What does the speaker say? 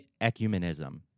ecumenism